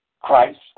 Christ